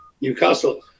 Newcastle